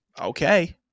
Okay